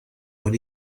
what